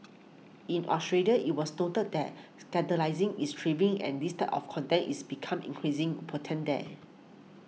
in Australia it was noted that scandalising is thriving and this type of contempt is becoming increasing potent there